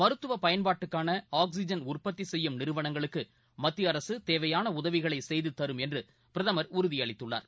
மருத்துவப் பயன்பாட்டுக்கான ஆக்ஸிஜன் உற்பத்தி செய்யும் நிறுவனங்களுக்கு மத்திய அரசு தேவையான உதவிகளை செய்து தரும் என்று பிரதமர் உறுதியளித்துள்ளார்